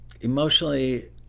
emotionally